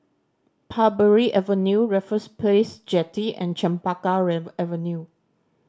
Parbury Avenue Raffles Place Jetty and Chempaka Avenue